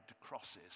crosses